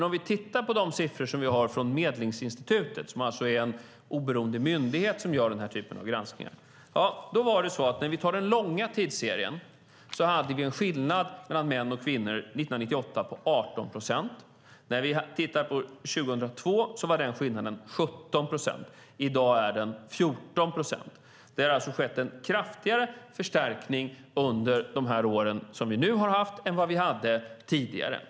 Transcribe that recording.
Om vi tittar på de siffror vi har från Medlingsinstitutet, som alltså är en oberoende myndighet som gör denna typ av granskningar, ser vi i den långa tidsserien detta: År 1998 hade vi en skillnad mellan män och kvinnor på 18 procent. År 2002 var skillnaden 17 procent. I dag är den 14 procent. Det har alltså skett en kraftigare förstärkning under de år vi nu har haft än vad vi hade tidigare.